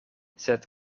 sed